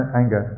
anger